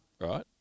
right